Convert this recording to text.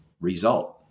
result